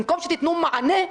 במקום שתיתנו מענה,